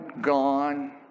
gone